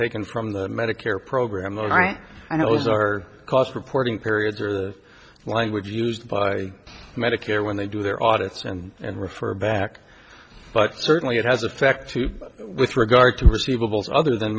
taken from the medicare program all right and it was our cost reporting period the language used by medicare when they do their audits and and refer back but certainly it has an effect too with regard to receivables other than